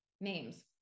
Names